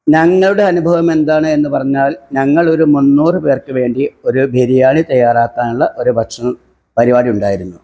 ഞങ്ങളുടെ അനുഭവം എന്താണ് എന്ന് പറഞ്ഞാൽ ഞങ്ങളൊരു മുന്നൂറ് പേർക്ക് വേണ്ടി ഒരു ബിരിയാണി തയാറാക്കാനുള്ള ഒരു ഭക്ഷണ പരിപാടി ഉണ്ടായിരുന്നു